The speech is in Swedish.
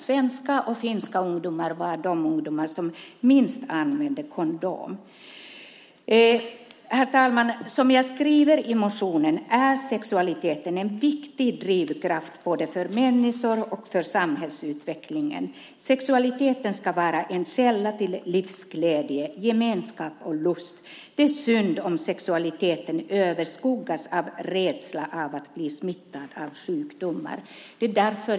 Svenska och finska ungdomar var de som använde kondom minst. Herr talman! Som jag skriver i interpellationen är sexualiteten en viktig drivkraft för både människor och samhällsutveckling. Sexualiteten ska vara en källa till livsglädje, gemenskap och lust. Det är synd om sexualiteten överskuggas av rädsla för att bli smittad av sjukdomar.